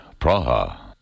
Praha